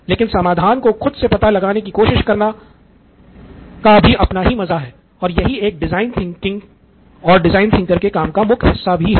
लेकिन समाधान को खुद से पता लगाने की कोशिश करने का भी अपना मज़ा है और यही एक डिजाइन थिंकर के काम का मुख्य हिस्सा भी है